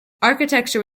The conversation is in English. architecture